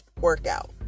workout